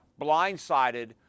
blindsided